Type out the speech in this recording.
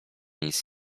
nic